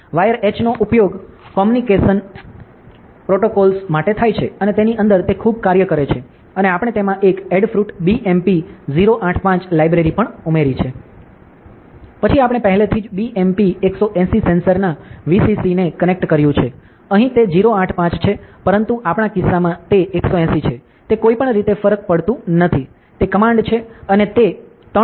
wire h નો ઉપયોગ communication protocols માટે થાય છે અને તેની અંદર તે ખૂબ કાર્ય કરે છે અને આપણે તેમાં Adafruit BMP 085 લાઇબ્રેરી પણ ઉમેરી છે પછી આપણે પહેલેથી જ BMP 180 સેન્સરના VCC ને કનેક્ટ કર્યું છે અહીં તે 085 છે પરંતુ આપણા કિસ્સામાં તે 180 છે તે કોઈપણ રીતે ફરક પાડતું નથી તે કમાન્ડ છે